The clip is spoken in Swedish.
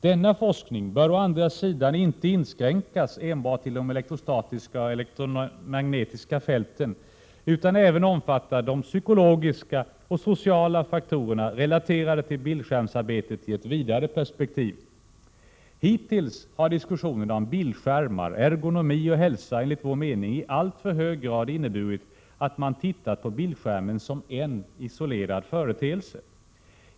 Denna forskning bör å andra sidan inte inskränkas enbart till de elektrostatiska och elektroniska magnetfälten utan även omfatta psykologiska och sociala faktorer relaterade till bildskärmsarbetet i ett vidare perspektiv. Hittills har diskussionerna om bildskärmar, ergonomi och hälsa enligt vår mening i alltför hög grad inneburit att man sett bildskärmen som en isolerad företeelse.